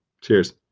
Cheers